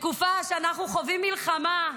בתקופה שאנחנו חווים מלחמה,